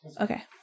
Okay